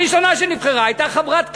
הראשונה שנבחרה הייתה חברת הכנסת,